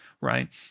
right